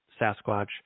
Sasquatch